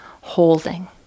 holding